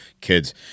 Kids